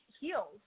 heals